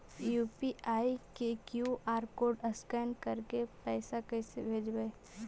UPI के QR code scan करके पैसा कैसे भेजबइ?